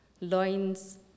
loins